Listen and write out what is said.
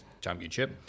Championship